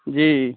जी